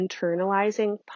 internalizing